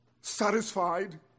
satisfied